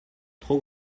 trop